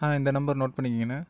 ஆ இந்த number note பண்ணிக்கோங்கண்ண